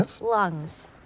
lungs